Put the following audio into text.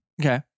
Okay